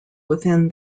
within